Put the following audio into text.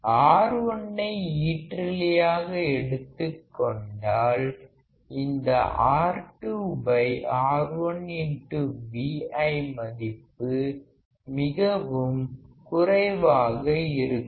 R1 ஐ ஈற்றிலியாக எடுத்துக் கொண்டால் இந்த R2R1Vi மதிப்பு மிகவும் குறைவாக இருக்கும்